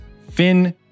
Finn